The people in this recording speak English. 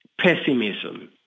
pessimism